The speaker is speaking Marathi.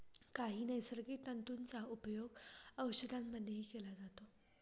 काही नैसर्गिक तंतूंचा उपयोग औषधांमध्येही केला जातो